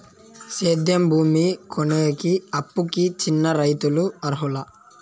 సేద్యం భూమి కొనేకి, అప్పుకి చిన్న రైతులు అర్హులా?